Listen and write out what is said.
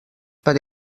per